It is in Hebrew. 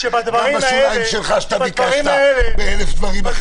גם בשוליים שלך שאתה ביקשת באלף דברים אחרים.